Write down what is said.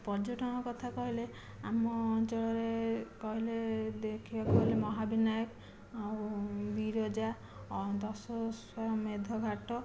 ପର୍ଯ୍ୟଟନ କଥା କହିଲେ ଆମ ଅଞ୍ଚଳରେ କହିଲେ ଦେଖିବାକୁ ଗଲେ ମହାବିନାୟକ ଆଉ ବିରଜା ଅନନ୍ତ ସ୍ବୟମେଧ ଘାଟ